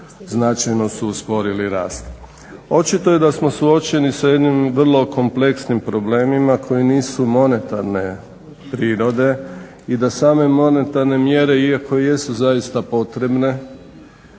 značajno su usporili rast. Očito je da smo suočeni sa jednim vrlo kompleksnim problemima koji nisu monetarne prirode i da same monetarne mjere iako jesu zaista potrebne